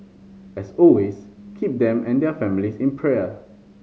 as always keep them and their families in prayer